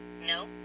no